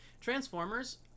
transformers